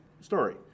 story